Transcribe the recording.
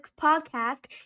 podcast